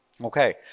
Okay